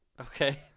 Okay